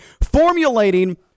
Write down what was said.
formulating